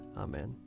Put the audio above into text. Amen